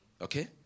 Okay